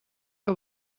que